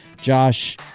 Josh